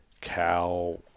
cow